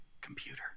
computer